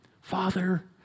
Father